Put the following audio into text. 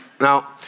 Now